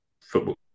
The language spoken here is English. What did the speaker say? Football